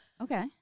Okay